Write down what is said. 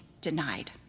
denied